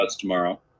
tomorrow